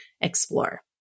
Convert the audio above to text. explore